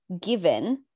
given